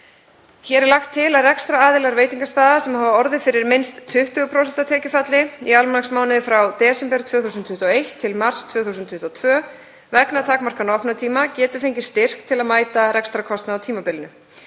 Hér er lagt til að rekstraraðilar veitingastaða sem hafa orðið fyrir minnst 20% tekjufalli í almanaksmánuði frá desember 2021 til mars 2022 vegna takmarkana á opnunartíma geti fengið styrk til að mæta rekstrarkostnaði á tímabilinu.